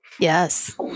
Yes